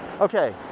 Okay